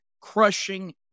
crushing